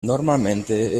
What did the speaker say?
normalmente